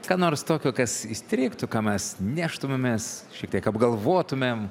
ką nors tokio kas įstrigtų ką mes neštumėmės šiek tiek apgalvotumėm